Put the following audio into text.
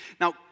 Now